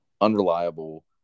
unreliable